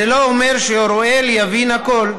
זה לא אומר שאוראל יבין הכול,